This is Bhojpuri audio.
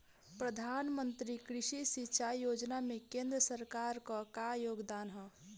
प्रधानमंत्री कृषि सिंचाई योजना में केंद्र सरकार क का योगदान ह?